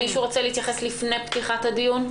האם מישהו רוצה להתייחס לפני פתיחת הדיון?